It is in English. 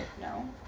No